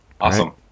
awesome